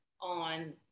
on